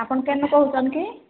ଆପଣ କେନ୍ରୁ କହୁଛନ୍ତି କି